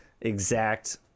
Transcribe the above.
exact